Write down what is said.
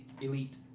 elite